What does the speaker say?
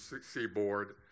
seaboard